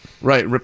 Right